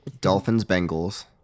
Dolphins-Bengals